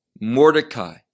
Mordecai